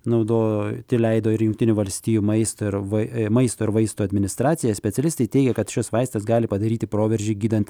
naudojoti leido ir jungtinių valstijų maisto ir v maisto ir vaistų administracija specialistai teigia kad šis vaistas gali padaryti proveržį gydant